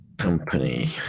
company